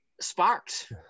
sparked